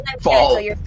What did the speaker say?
fall